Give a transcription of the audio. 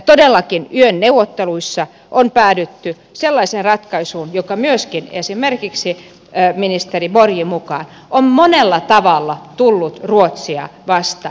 todellakin yön neuvotteluissa on päädytty sellaiseen ratkaisuun joka myöskin esimerkiksi ministeri borgin mukaan on monella tavalla tullut ruotsia vastaan